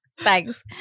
Thanks